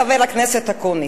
חבר הכנסת אקוניס,